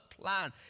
plan